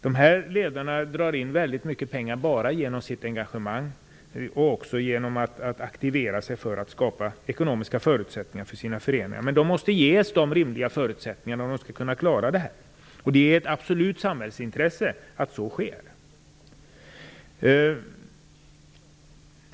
Dessa ledare drar in väldigt mycket pengar genom sitt engagemang men också genom att aktivera sig för att skapa ekonomiska förutsättningar för sina föreningar. Då måste de ges rimliga förutsättningar om de skall kunna klara det. Det är ett absolut samhällsintresse att så sker.